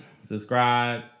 subscribe